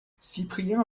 cyprien